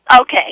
Okay